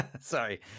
Sorry